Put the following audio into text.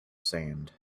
sand